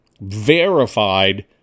verified